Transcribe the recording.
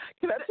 good